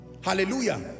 hallelujah